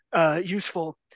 useful